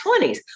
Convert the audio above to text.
20s